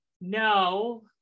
No